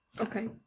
Okay